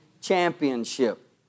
Championship